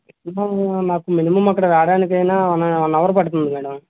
minimum నాకు minimum నాకక్కడికి రావడానికైనా వన్ వన్ అవర్ పడుతుంది మేడం